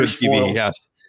Yes